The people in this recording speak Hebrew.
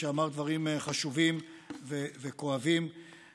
שאמר דברים חשובים וכואבים,